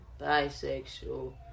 bisexual